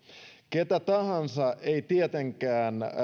ketä tahansa ei tietenkään